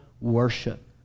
worship